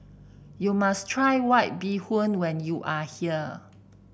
you must try White Bee Hoon when you are here